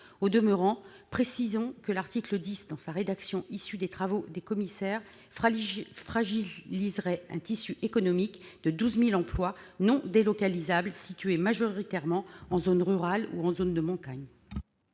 Au demeurant, précisons que, dans sa rédaction issue des travaux des commissaires, l'article 10 fragiliserait un tissu économique de 12 000 emplois « non délocalisables » situés majoritairement en zone rurale ou en zone de montagne.